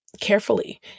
carefully